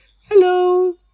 hello